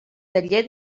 taller